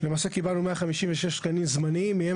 למעשה קיבלנו 156 תקנים זמניים מהם